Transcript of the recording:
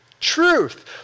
truth